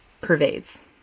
pervades